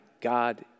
God